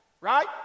right